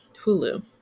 Hulu